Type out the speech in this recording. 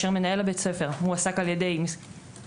מנהל בית הספר מועסק על ידי המדינה,